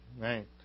right